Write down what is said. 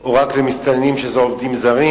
או רק למסתננים, שזה עובדים זרים.